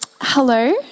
Hello